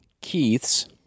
Keith's